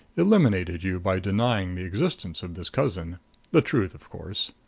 eliminated you by denying the existence of this cousin the truth, of course.